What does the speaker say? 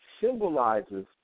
symbolizes